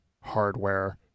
hardware